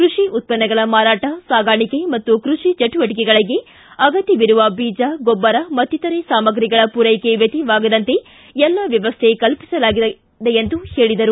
ಕೃಷಿ ಉತ್ಪನ್ನಗಳ ಮಾರಾಟ ಸಾಗಾಣಿಕೆ ಹಾಗೂ ಕೃಷಿ ಚಟುವಟಿಕೆಗಳಿಗೆ ಅಗತ್ಯವಿರುವ ಬೀಜ ಗೊಬ್ಬರ ಮತ್ತಿತರೆ ಸಾಮಗ್ರಿಗಳ ಪೂರೈಕೆ ವ್ಯತ್ಯಯವಾಗದಂತೆ ಎಲ್ಲ ವ್ಯವಸ್ಥೆ ಕಲ್ಪಿಸಲಾಗಿದೆ ಎಂದು ಹೇಳಿದರು